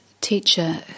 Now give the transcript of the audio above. teacher